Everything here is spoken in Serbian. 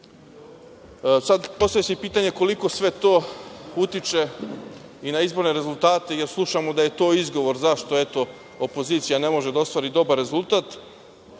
se pitanje koliko sve to utiče i na izborne rezultate, jer slušamo da je to izgovor zašto, eto, opozicija ne može da ostvari dobar rezultat,